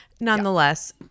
nonetheless